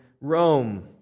Rome